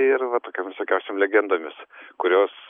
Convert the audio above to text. ir va tokiom visokiausiom legendomis kurios